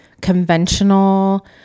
conventional